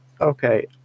okay